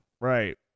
Right